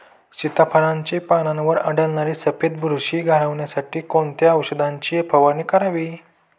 सीताफळाचे पानांवर आढळणारी सफेद बुरशी घालवण्यासाठी कोणत्या औषधांची फवारणी करावी?